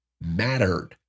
mattered